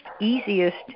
easiest